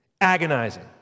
agonizing